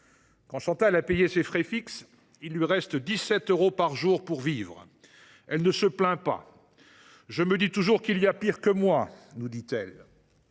Quand Chantal a payé ses frais fixes, il lui reste 17 euros par jour pour vivre. Elle ne se plaint pas :« Je me dis toujours qu’il y a pire que moi », confie t elle.